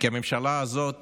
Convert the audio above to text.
שהממשלה הזאת